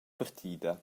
partida